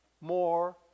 more